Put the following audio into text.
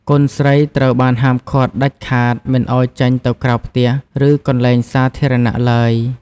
កូនស្រីត្រូវបានហាមឃាត់ដាច់ខាតមិនឱ្យចេញទៅក្រៅផ្ទះ ឬកន្លែងសាធារណៈឡើយ។